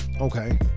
Okay